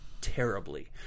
terribly